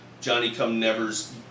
Johnny-come-nevers